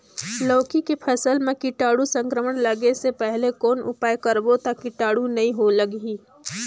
लौकी के फसल मां कीटाणु संक्रमण लगे से पहले कौन उपाय करबो ता कीटाणु नी लगही?